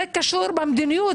זה קשור במדיניות,